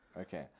Okay